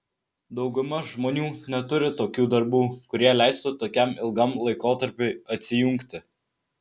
dauguma žmonių neturi tokių darbų kurie leistų tokiam ilgam laikotarpiui atsijungti